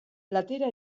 platera